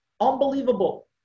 unbelievable